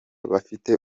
bafite